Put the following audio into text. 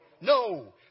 No